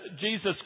Jesus